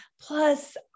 Plus